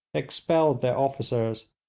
expelled their officers,